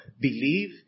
Believe